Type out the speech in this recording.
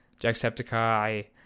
Jacksepticeye